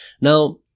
now